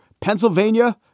Pennsylvania